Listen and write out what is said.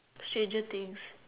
stranger-things